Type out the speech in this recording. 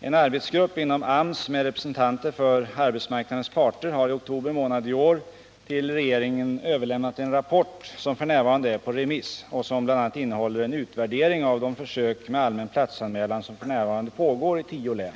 En arbetsgrupp inom AMS med representanter för arbetsmarknadens parter har i oktober månad i år till regeringen överlämnat en rapport, som f. n. är på remiss och som bl.a. innehåller en utvärdering av de försök med allmän platsanmälan som f.n. pågår i tio län.